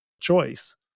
choice